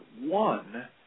one